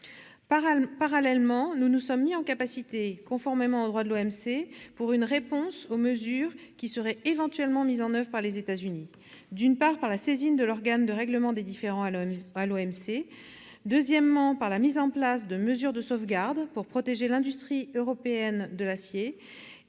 Parallèlement, nous nous sommes mis en capacité de répondre, conformément au droit de l'OMC, aux mesures qui seraient éventuellement mises en oeuvre par les États-Unis, à la fois par la saisine de l'organe de règlement des différends à l'OMC, la mise en place de mesures de sauvegarde pour protéger l'industrie européenne de l'acier